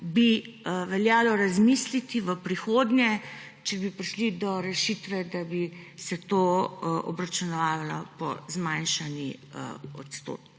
veljalo razmisliti, če bi prišli do rešitve, da bi se to obračunavalo po zmanjšani odstotni